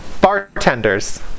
Bartenders